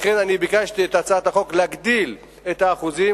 לכן אני ביקשתי בהצעת החוק להגדיל את האחוזים,